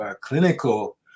clinical